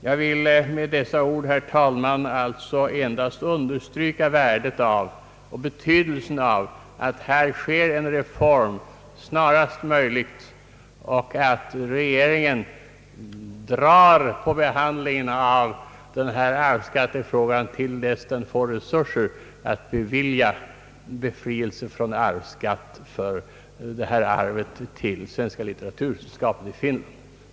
Jag har med dessa ord endast velat understryka värdet och betydelsen av att en reform härvidlag genomförs snarast möjligt, och jag hoppas att regeringen drar på behandlingen av denna arvsskattefråga till dess att det finns möjlighet att bevilja Svenska litteratursällskapet i Finland befrielse från arvsskatt för ifrågavarande arv.